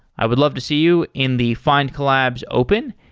i would love to see you in the findcollabs open.